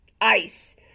ice